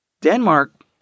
Denmark